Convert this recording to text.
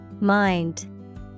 Mind